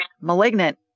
malignant